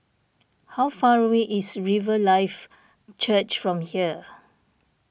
how far away is Riverlife Church from here